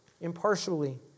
impartially